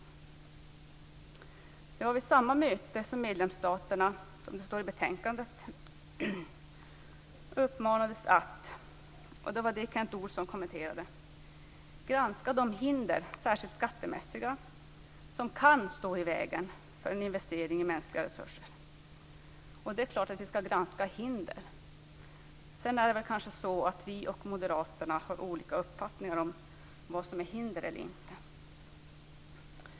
Som det står i betänkandet var det vid samma möte - det var det Kent Olsson kommenterade - som medlemsstaterna uppmanades att granska de hinder, särskilt skattemässiga, som kan stå i vägen för en investering i mänskliga resurser. Det är klart att vi skall granska hinder. Sedan är det kanske så att vi och Moderaterna har olika uppfattningar om vad som är hinder.